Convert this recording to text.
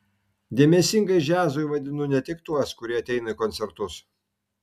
dėmesingais džiazui vadinu ne tik tuos kurie ateina į koncertus